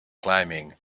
climbing